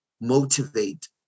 Motivate